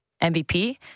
MVP